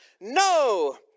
No